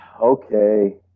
okay